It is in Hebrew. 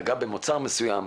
נגע במוצר מסוים,